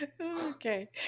Okay